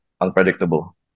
unpredictable